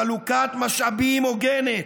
חלוקת משאבים הוגנת.